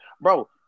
Bro